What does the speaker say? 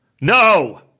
no